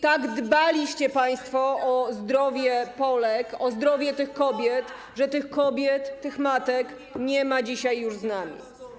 Tak dbaliście państwo o zdrowie Polek, o zdrowie tych kobiet, że tych kobiet, tych matek nie ma dzisiaj już z nami.